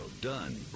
Done